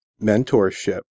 mentorship